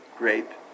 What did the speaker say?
grape